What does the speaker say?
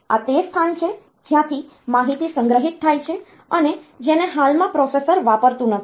આ તે સ્થાન છે જ્યાંથી માહિતી સંગ્રહિત થાય છે અને જેને હાલમાં પ્રોસેસર વાપરતુ નથી